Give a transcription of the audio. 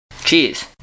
Cheers